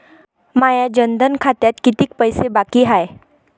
माया जनधन खात्यात कितीक पैसे बाकी हाय?